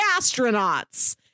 astronauts